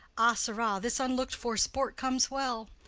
ah, sirrah, this unlook'd-for sport comes well.